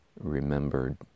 remembered